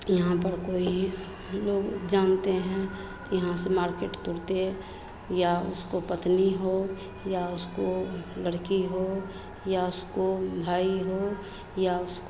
यहाँ पर कोई लोग जानते हैं त यहाँ से मार्केट तुरते या उसको पत्नी हो या उसको लड़की हो या उसको भाई हो या उसको